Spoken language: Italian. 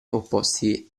opposti